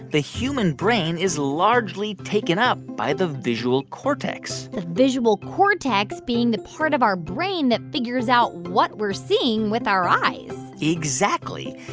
the human brain is largely taken up by the visual cortex the visual cortex being the part of our brain that figures out what we're seeing with our eyes exactly.